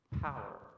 power